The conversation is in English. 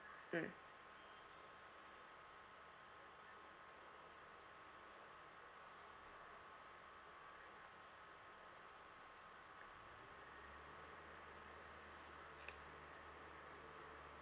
mm